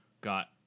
got